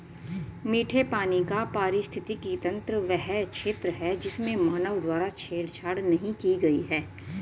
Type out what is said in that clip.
मीठे पानी का पारिस्थितिकी तंत्र वह क्षेत्र है जिसमें मानव द्वारा छेड़छाड़ नहीं की गई है